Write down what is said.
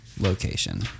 location